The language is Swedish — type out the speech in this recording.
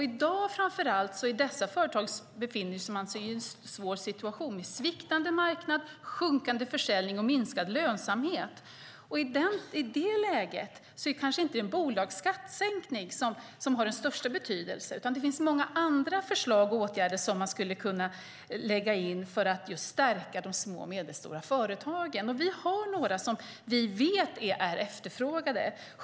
I dag framför allt befinner sig dessa företag i en svår situation med sviktande marknad, sjunkande försäljning och minskad lönsamhet. I det läget är det kanske inte en bolagsskattesänkning som har den största betydelsen, utan det finns många andra förslag och åtgärder som man skulle kunna sätta in för att stärka de små och medelstora företagen. Och vi har några åtgärder som vi vet är efterfrågade.